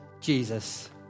Jesus